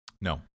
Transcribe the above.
no